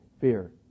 fear